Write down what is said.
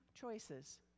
choices